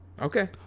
Okay